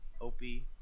Opie